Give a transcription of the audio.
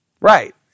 Right